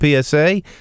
PSA